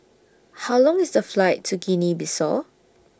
How Long IS The Flight to Guinea Bissau